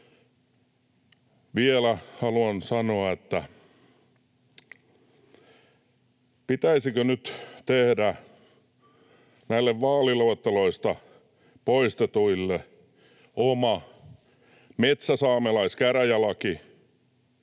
Vielä haluan sanoa, että pitäisikö nyt tehdä näille vaaliluetteloista poistetuille oma metsäsaamelaiskäräjälaki